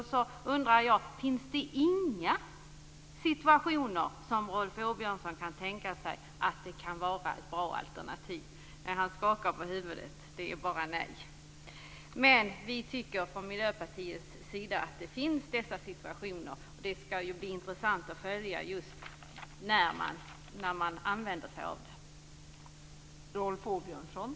Finns det inga situationer där Rolf Åbjörnsson kan tänka sig att det är ett bra alternativ? Han skakar på huvudet - det är bara nej. Vi tycker från Miljöpartiets sida att det finns sådana situationer. Det skall bli intressant att följa användandet av videokonferens.